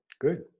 Good